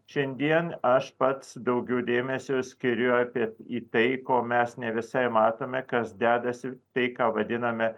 šiandien aš pats daugiau dėmesio skiriu apie į tai ko mes ne visai matome kas dedasi tai ką vadiname